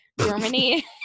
Germany